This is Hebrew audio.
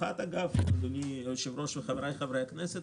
אדוני היושב-ראש וחבריי חברי הכנסת,